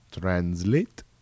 translate